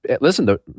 listen